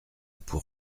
pour